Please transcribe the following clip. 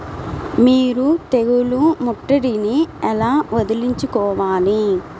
మీరు తెగులు ముట్టడిని ఎలా వదిలించుకోవాలి?